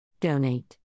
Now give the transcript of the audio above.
Donate